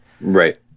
Right